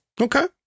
okay